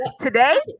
today